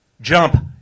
jump